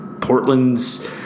Portland's